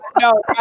no